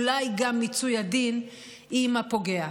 אולי גם מיצוי הדין עם הפוגע.